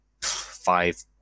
five